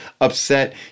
upset